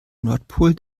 nordpol